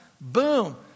Boom